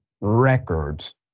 records